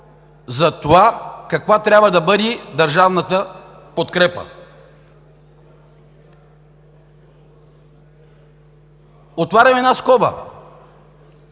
за това каква трябва да бъде държавната подкрепа. Отварям една скоба